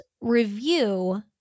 review